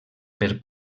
per